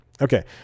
Okay